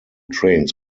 trains